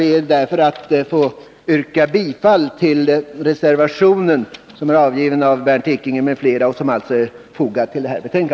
Jag ber att få yrka bifall till reservationen av Bernt Ekinge m.fl.